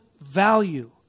value